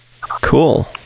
Cool